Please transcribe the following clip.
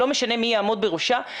לא משנה מי יעמוד בראשה,